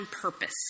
purpose